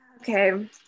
Okay